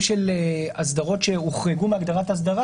של אסדרות שהוחרגו מהגדרת "אסדרה".